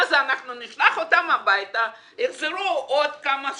אנחנו נשלח אותם הביתה, הם יחזרו עוד כמה שבועות.